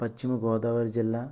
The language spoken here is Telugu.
పశ్చిమగోదావరి జిల్లా